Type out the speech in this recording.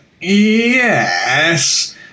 yes